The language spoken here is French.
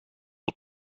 aux